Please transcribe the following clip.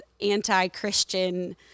anti-Christian